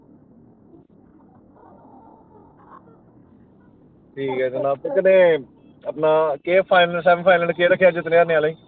ठीक ऐ लैकिन एह् अपना फाइनल सैमीफैइनल जितने हारने आहले गी